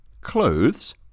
clothes